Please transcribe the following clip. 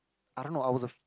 I don't know I was a